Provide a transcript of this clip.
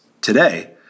Today